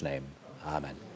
Amen